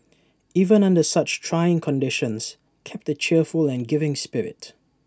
even under such trying conditions kept A cheerful and giving spirit